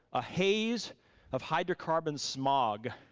a haze of hydrocarbon smog.